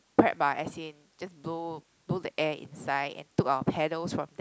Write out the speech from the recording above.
prep ah as in just blow blow the air inside and took our paddles from there